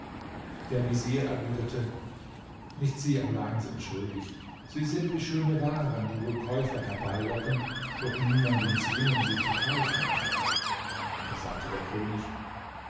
der vezier erwiderte nicht sie allein sind schuldig sie sind wie schöne waren die wohl käufer herbeilocken doch niemanden zwingen sie zu kaufen da sagte der könig